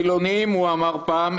החילוניים הוא אמר פעם,